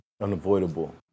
Unavoidable